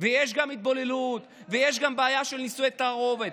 ויש גם התבוללות ויש גם בעיה של נישואי תערובת,